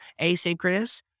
asynchronous